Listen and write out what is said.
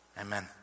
amen